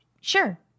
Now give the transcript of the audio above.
sure